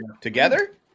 together